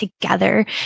together